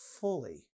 fully